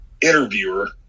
interviewer